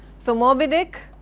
so moby dick,